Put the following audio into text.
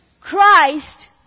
Christ